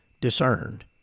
discerned